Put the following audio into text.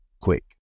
quick